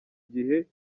gihe